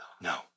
No